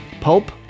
Pulp